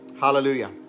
Hallelujah